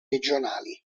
regionali